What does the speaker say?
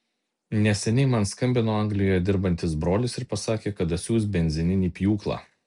neseniai man skambino anglijoje dirbantis brolis ir pasakė kad atsiųs benzininį pjūklą